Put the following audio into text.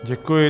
Děkuji.